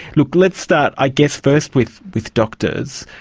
look let's start, i guess first with with doctors.